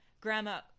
Grandma